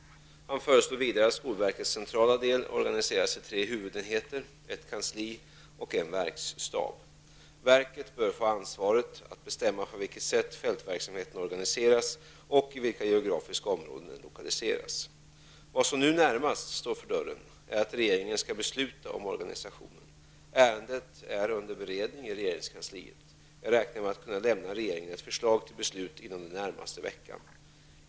Han föreslår vidare att skolverkets centrala del organiseras i tre huvudenheter, ett kansli och en verksstab. Verket bör få ansvaret att bestämma på vilket sätt fältverksamheten organiseras och i vilka geografiska områden den lokaliseras. Vad som nu närmast står för dörren är att regeringen skall besluta om organisationen. Ärendet är under beredning i regeringskansliet. Jag räknar med att kunna lämna regeringen ett förslag till beslut inom den närmaste veckan.